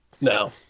No